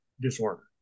disorder